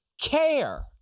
care